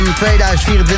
2024